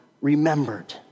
remembered